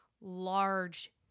large